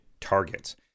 targets